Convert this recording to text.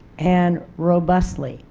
and robustly.